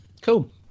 cool